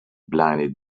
blinded